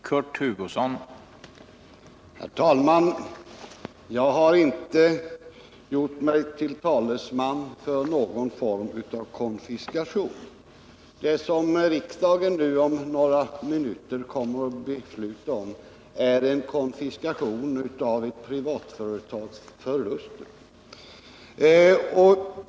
Herr talman! Jag har inte gjort mig till talesman för någon form av konfiskation. Det som riksdagen nu om några minuter kommer att besluta om är en konfiskation av ett privatföretags förluster.